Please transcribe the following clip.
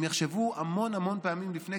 הם יחשבו המון המון פעמים לפני,